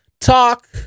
talk